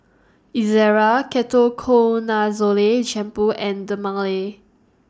Ezerra Ketoconazole Shampoo and Dermale